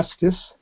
justice